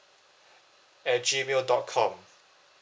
at G mail dot com